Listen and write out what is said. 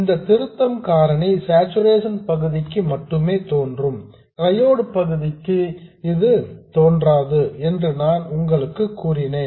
இந்த திருத்தம் காரணி சார்சுரேஷன் பகுதிக்கு மட்டுமே தோன்றும் ட்ரையோடு பகுதிக்கு இது தோன்றாது என்று நான் உங்களுக்கு கூறினேன்